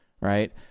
right